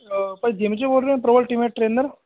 ਭਾਜੀ ਜਿਮ 'ਚੋਂ ਬੋਲ ਰਹੇ ਪਰੋ ਅਲਟੀਮੇਟ ਟਰੇਨਰ